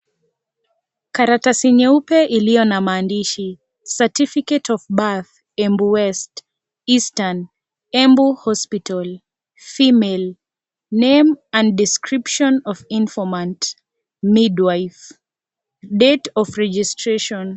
Karatasi nyeupe iliyo na maansdishi Certificate of birth Embu west eastern, embu hospital female , name and description of informant midwife, date of registration.